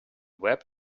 web